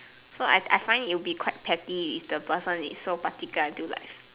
so so I find it will be quite petty if the person is so particular until like